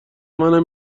منم